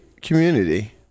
community